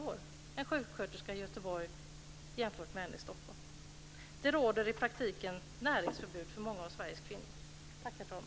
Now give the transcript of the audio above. Så stor är skillnaden mellan en sjuksköterskelön i Göteborg och en i Stockholm. Det råder i praktiken näringsförbud för många av Sveriges kvinnor.